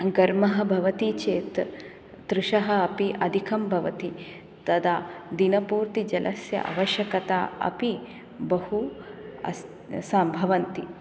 गर्मः भवति चेत् तृषः अपि अधिकं भवति तदा दिनपूर्तिजलस्य अवश्यकता अपि बहु भवन्ति